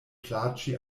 plaĉi